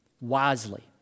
wisely